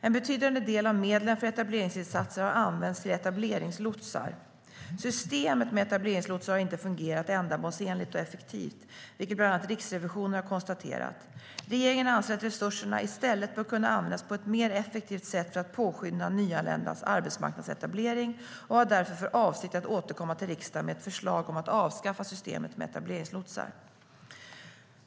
En betydande del av medlen för etableringsinsatser har använts till etableringslotsar. Systemet med etableringslotsar har inte fungerat ändamålsenligt och effektivt, vilket bland andra Riksrevisionen har konstaterat. Regeringen anser att resurserna i stället bör kunna användas på ett mer effektivt sätt för att påskynda nyanländas arbetsmarknadsetablering och har därför för avsikt att återkomma till riksdagen med ett förslag om att avskaffa systemet med etableringslotsar.